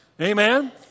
Amen